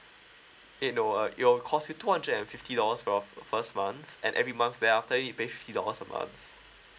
eh no uh it will cost you two hundred and fifty dollars for your first month and every month then after it you pay fifty dollars a month